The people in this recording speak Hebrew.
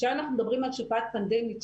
כאשר אנחנו מדברים על שפעת פנדמית,